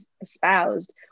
espoused